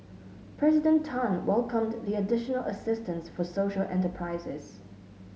President Tan welcomed the additional assistance for social enterprises